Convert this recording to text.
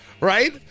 right